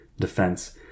defense